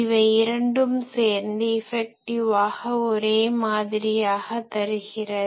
இவை இரண்டும் சேர்ந்து இஃபெக்டிவாக ஒரே மதிப்பை தருகிறது